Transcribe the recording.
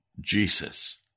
Jesus